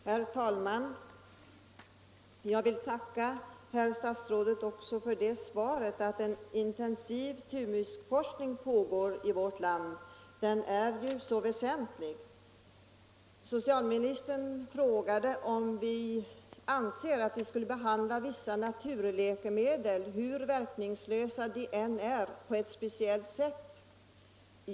Herr talman! Jag vill tacka herr statsrådet också för beskedet att en intensiv thymusforskning pågår i vårt land. Den forskningen är ju så väsentlig. Socialministern frågade om vi anser att man skulle behandla vissa läkemedel, hur verkningslösa de än är, på ett speciellt sätt.